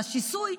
והשיסוי,